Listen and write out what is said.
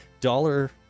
dollar